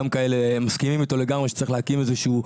גם כאלה שמסכימים איתו לגמרי שצריך להקים איזה שהיא,